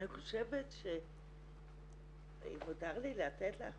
אני חושבת שאם מותר לי לתת לך